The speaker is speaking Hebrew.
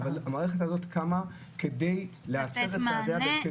אבל המערכת הזו קמה כדי להצר את צעדינו,